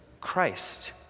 Christ